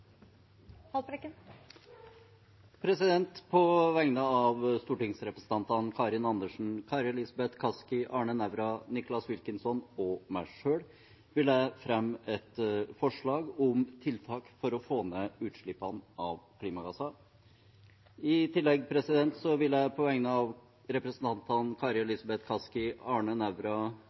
På vegne av stortingsrepresentantene Karin Andersen, Kari Elisabeth Kaski, Arne Nævra, Nicholas Wilkinson og meg selv vil jeg fremme forslag om tiltak for å få ned klimagassutslippene. I tillegg vil jeg på vegne av stortingsrepresentantene Kari Elisabeth Kaski, Arne Nævra,